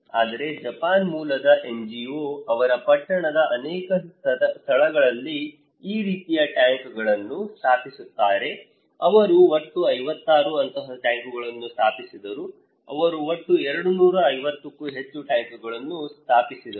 ಆದರೆ ಜಪಾನ್ ಮೂಲದ NGO ಅವರು ಪಟ್ಟಣದ ಅನೇಕ ಸ್ಥಳಗಳಲ್ಲಿ ಈ ರೀತಿಯ ಟ್ಯಾಂಕ್ಗಳನ್ನು ಸ್ಥಾಪಿಸುತ್ತಾರೆ ಅವರು ಒಟ್ಟು 56 ಅಂತಹ ಟ್ಯಾಂಕ್ಗಳನ್ನು ಸ್ಥಾಪಿಸಿದರು ಅವರು ಒಟ್ಟು 250 ಕ್ಕೂ ಹೆಚ್ಚು ಟ್ಯಾಂಕ್ಗಳನ್ನು ಸ್ಥಾಪಿಸಿದರು